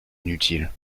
inutiles